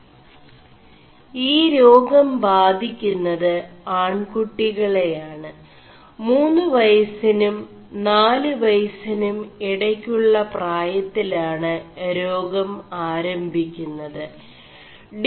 ഈ േരാഗം ബാധി ുMതു ആൺകുƒികെളയാണ് മൂM് വയസിനും നാലു വയസിനും ഇട ുø 4പായøിലാണ് േരാഗം ആരംഭി ുMത്